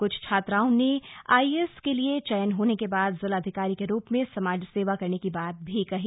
कुछ छात्राओं ने आईएएस के लिए चयन होने के बाद जिलाधिकारी के रूप में समाज सेवा करने की बात भी कही